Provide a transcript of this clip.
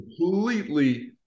Completely